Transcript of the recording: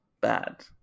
bad